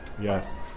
Yes